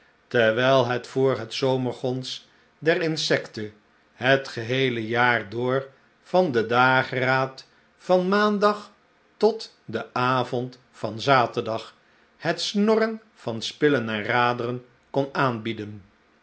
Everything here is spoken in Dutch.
terwijl het voor het zomergegons der insecten het geheele jaar door van den dageraad van maandag tot den avond van zaterdag het snorren van spillen en raderen kon aanbieden